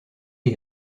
des